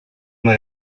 una